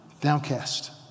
downcast